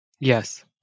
Yes